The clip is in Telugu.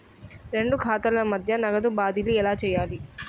రెండు ఖాతాల మధ్య నగదు బదిలీ ఎలా చేయాలి?